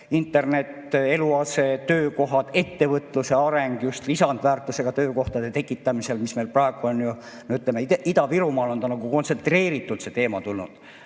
internet, eluase, töökohad, ettevõtluse areng just lisandväärtusega töökohtade tekitamisel, mis meil praegu on – ütleme, Ida-Virumaal on nagu kontsentreeritult see teema tulnud.